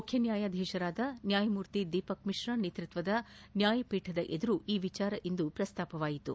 ಮುಖ್ಯ ನ್ನಾಯಾಧೀಶರಾದ ನ್ನಾಯಮೂರ್ತಿ ದೀಪಕ್ಮಿಶ್ರಾ ನೇತೃತ್ವದ ನ್ನಾಯಪೀಠದ ಎದುರು ಈ ವಿಚಾರ ಇಂದು ಪ್ರಸ್ತಾಪವಾಯಿತು